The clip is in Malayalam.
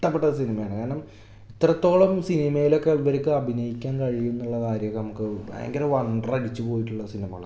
ഇഷ്ടപ്പെട്ട സിനിമയാണ് കാരണം ഇത്രത്തോളം സിനിമയിലൊക്കെ ഇവർക്ക് അഭിനയിക്കാൻ കഴിയുന്നുള്ള കാര്യമൊക്കെ നമുക്ക് ഭയങ്കര വണ്ടറടിച്ച് പോയിട്ടുള്ള സിനിമകളാണ്